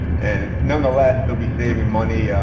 and nonetheless, they'll be saving money,